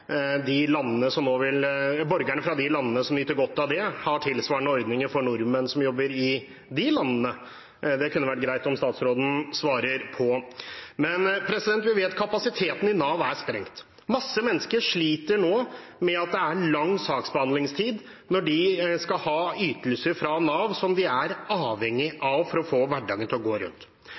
de landene som har borgere som nyter godt av det, har tilsvarende ordninger for nordmenn som jobber i de landene. Det kunne det vært greit om statsråden svarer på. Vi vet at kapasiteten i Nav er sprengt. Masse mennesker sliter nå med at det er lang saksbehandlingstid når de skal ha ytelser fra Nav som de er avhengig av for å få hverdagen til å gå rundt.